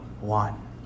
one